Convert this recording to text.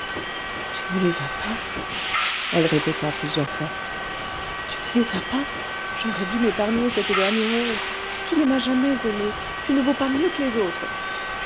tu ne les as pas elle répéta plusieurs fois tu ne les as pas j'aurais dû m'épargner cette dernière honte tu ne m'as jamais aimée tu ne vaux pas mieux que les autres